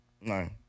No